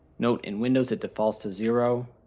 note, in windows that defaults to zero.